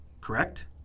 Correct